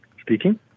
Speaking